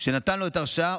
שנתן לו את ההרשאה,